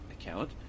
account